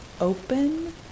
open